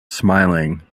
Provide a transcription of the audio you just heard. smiling